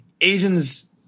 Asians